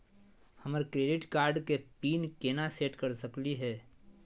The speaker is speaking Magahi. हमर क्रेडिट कार्ड के पीन केना सेट कर सकली हे?